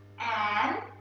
and,